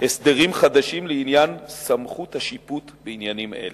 הסדרים חדשים לעניין סמכות השיפוט בעניינים אלה.